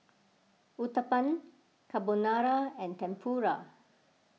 Uthapam Carbonara and Tempura